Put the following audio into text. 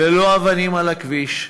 ללא אבנים על הכביש,